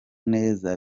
neza